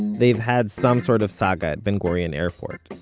they've had some sort of saga at ben gurion airport.